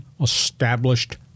established